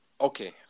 Okay